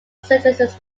synthesis